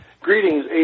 Greetings